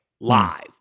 live